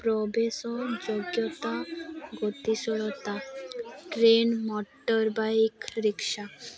ପ୍ରବେଶ ଯୋଗ୍ୟତା ଗତିଶୀଳତା ଟ୍ରେନ ମୋଟର୍ ବାଇକ୍ ରିକ୍ସା